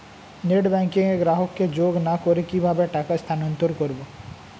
Net banking এ গ্রাহককে যোগ না করে কিভাবে টাকা স্থানান্তর করব?